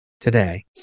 today